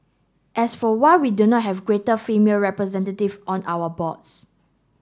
as for why we don't have greater female representation on our boards